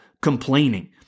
complaining